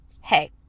Hey